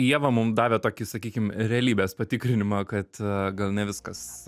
ieva mum davė tokį sakykim realybės patikrinimą kad gal ne viskas